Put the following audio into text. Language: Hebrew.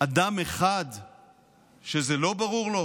אדם אחד שזה לא ברור לו?